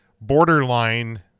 borderline